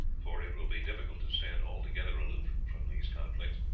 for it will be difficult to stand altogether aloof from these conflicts,